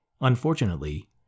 Unfortunately